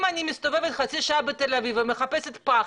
אם אני מסתובבת חצי שעה בתל אביב ומחפשת פח,